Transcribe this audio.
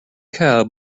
cow